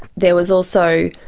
there was also